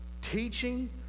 Teaching